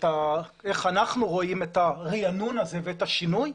איך אנחנו רואים את הריענון הזה ואת השינוי.